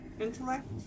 Intellect